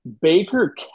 Baker